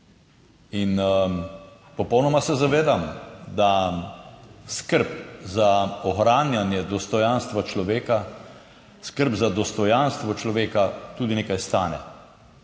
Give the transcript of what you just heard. in popolnoma se zavedam, da skrb za ohranjanje dostojanstva človeka, skrb za dostojanstvo človeka tudi nekaj stane.